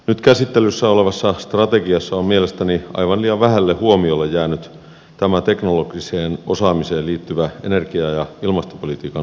nyt käsittelyssä olevassa strategiassa on mielestäni aivan liian vähälle huomiolle jäänyt tämä teknologiseen osaamiseen liittyvä energia ja ilmastopolitiikan ulottuvuus